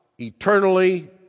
eternally